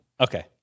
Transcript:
Okay